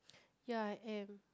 ya I am